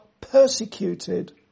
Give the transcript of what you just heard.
persecuted